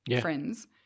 friends